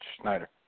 Schneider